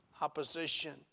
opposition